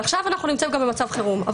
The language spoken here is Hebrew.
עכשיו אנחנו נמצאים גם במצב חירום.